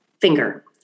finger